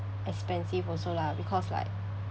expensive also lah because like